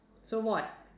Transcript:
so what